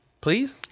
please